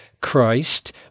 Christ